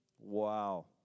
Wow